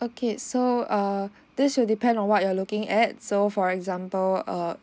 okay so err this will depend on what you're looking at so for example err